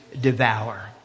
devour